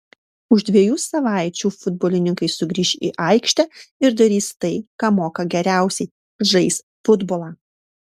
už dviejų savaičių futbolininkai sugrįš į aikštę ir darys tai ką moka geriausiai žais futbolą